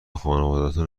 خونوادتون